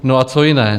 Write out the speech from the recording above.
No a co jiné?